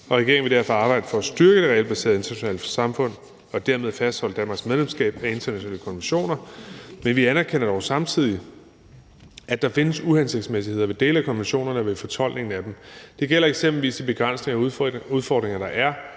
regeringen vil derfor arbejde for at styrke det regelbaserede internationale samfund og dermed fastholde Danmarks medlemskab af internationale konventioner. Men vi anerkender dog samtidig, at der findes uhensigtsmæssigheder ved dele af konventionerne og ved fortolkningen af dem. Det gælder eksempelvis de begrænsninger og udfordringer, der er